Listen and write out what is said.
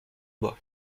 bois